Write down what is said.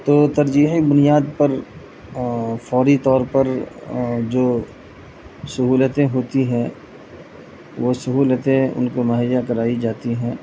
تو ترجیحی بنیاد پر فوری طور پر جو سہولتیں ہوتی ہیں وہ سہولتیں ان کو مہیا کرائی جاتی ہیں